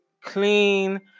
clean